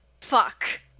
Fuck